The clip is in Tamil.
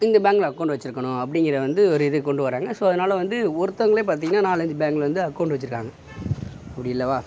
இந்த பேங்க்கில் அக்கோண்ட் வெச்சுருக்கணும் அப்படிங்கிற வந்து ஒரு இது கொண்டு வராங்க ஸோ அதனால் வந்து ஒருத்தவங்களே பார்த்தீங்கன்னா நாலஞ்சு பேங்க்கில் வந்து அக்கோண்ட் வெச்சுருக்காங்க அப்படி அல்லவா